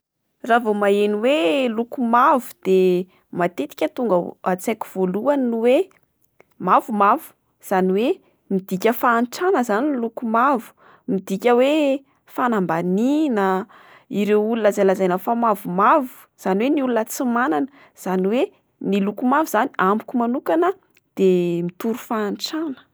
Raha vao maheno hoe loko mavo dia matetika tonga ao an-tsaiko voalohany ny hoe mavomavo. Izany hoe midika fahantrana izany ny loko mavo, midika hoe fanambanina. Ireo olona izay lazaina fa mavomavo, izany hoe ny olona tsy manana. Izany hoe ny loko mavo izany amiko manokana de mitory fahantrana.